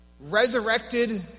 resurrected